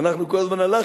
אנחנו כל הזמן הלכנו,